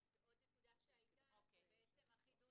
ועוד נקודה שהיתה זה בעצם החידוד